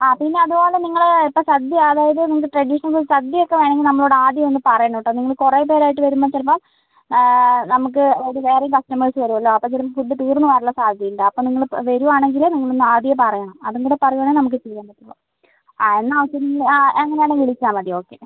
അ പിന്നെ അതുപോലെ നിങ്ങൾ ഇപ്പോൾ സദ്യ അതായത് നിങ്ങൾക്ക് ട്രഡീഷനെലി സദ്യയൊക്കെ വേണമെങ്കിൽ നമ്മളോട് ആദ്യം ഒന്ന് പറയണം കേട്ടോ നിങ്ങൾ കുറേ പേരായിട്ട് വരുമ്പോൾ ചിലപ്പം നമുക്ക് വേറെ കസ്റ്റമേഴ്സ് വരുമല്ലോ അപ്പം ചിലപ്പം ഫുഡ് തീർന്ന് പോകാനുള്ള സാധ്യതയുണ്ട് അപ്പം നിങ്ങൾ വരുവാണെങ്കിൽ നിങ്ങളൊന്ന് ആദ്യമേ പറയണം അതുംകൂടെ പറയുവാണെങ്കിൽ നമുക്ക് ചെയ്യാൻ പറ്റുള്ളൂ അ എന്നാൽ ഓക്കെ അ അങ്ങനെയാണെങ്കിൽ വിളിച്ചാൽ മതി ഓക്കെ